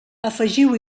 afegiu